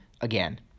again